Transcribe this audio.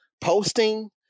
posting